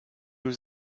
was